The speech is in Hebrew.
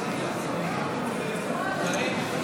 מצביעה סדרנים,